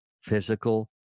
physical